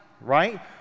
right